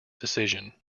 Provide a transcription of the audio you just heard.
decision